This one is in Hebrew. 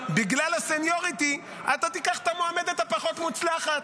בגלל הסניוריטי תיקח את המועמדת הפחות מוצלחת.